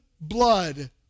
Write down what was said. blood